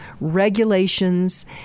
regulations